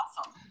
Awesome